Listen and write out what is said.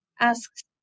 asks